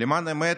למען האמת,